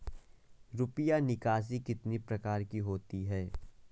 रुपया निकासी कितनी प्रकार की होती है?